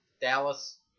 Dallas